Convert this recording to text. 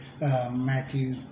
Matthew